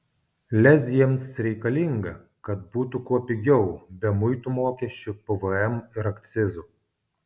lez jiems reikalinga kad būtų kuo pigiau be muitų mokesčių pvm ir akcizų